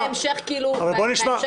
זה בהמשך הפרוצדורלי.